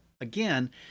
again